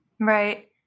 Right